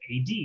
AD